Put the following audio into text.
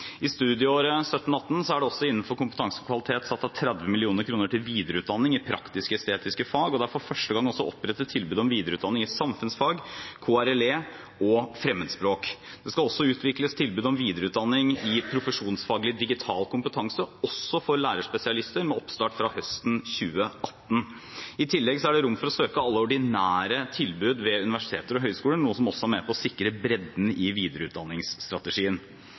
I studieåret 2017/2018 er det også innenfor kompetanse og kvalitet satt av 30 mill. kr til videreutdanning i praktisk-estetiske fag, og det er for første gang også opprettet tilbud om videreutdanning i samfunnsfag, KRLE og fremmedspråk. Det skal utvikles tilbud om videreutdanning i profesjonsfaglig digital kompetanse – også for lærerspesialister – med oppstart fra høsten 2018. I tillegg er det rom for å søke alle ordinære tilbud ved universiteter og høyskoler, noe som også er med på å sikre bredden i videreutdanningsstrategien.